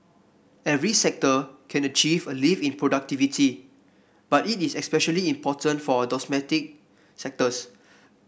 every sector can achieve a lift in productivity but it is especially important for our domestic sectors